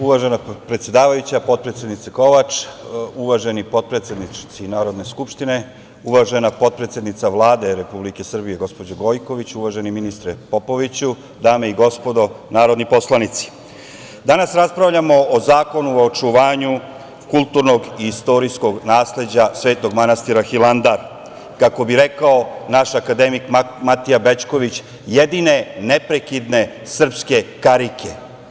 Uvažena predsedavajuća, potpredsednice Kovač, uvaženi potpredsednici Narodne skupštine, uvažena potpredsednice Vlade Republike Srbije, gospođo Gojković, uvaženi ministre Popoviću, dame i gospodo narodni poslanici, danas raspravljamo o zakonu o očuvanju kulturnog i istorijskog nasleđa Svetog manastira Hilandar, kako bi rekao naš akademik Matija Bećković – jedine neprekidne srpske karike.